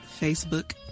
Facebook